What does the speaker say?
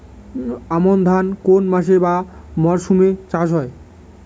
আমন ধান কোন মাসে বা মরশুমে চাষ হয়?